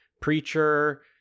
Preacher